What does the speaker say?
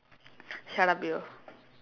shut up you